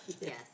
Yes